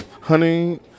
Honey